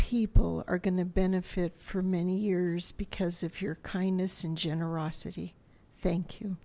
people are gonna benefit for many years because of your kindness and generosity thank you